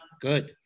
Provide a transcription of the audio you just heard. Good